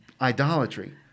idolatry